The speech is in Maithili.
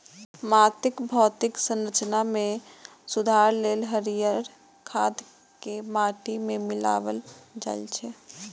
माटिक भौतिक संरचना मे सुधार लेल हरियर खाद कें माटि मे मिलाएल जाइ छै